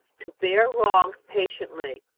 to bear wrongs patiently,